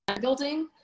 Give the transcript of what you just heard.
building